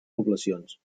poblacions